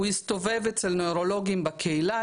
הוא הסתובב אצל נוירולוגים בקהילה,